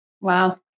Wow